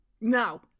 No